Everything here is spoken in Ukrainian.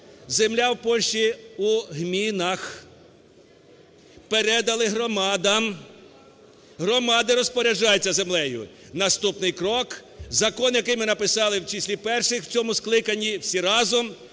Земля у Польщі у гмінах. Передали громадам. Громади розпоряджаються землею. Наступний крок – закон, який ми написали в числі перших в цьому скликанні всі разом,